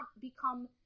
become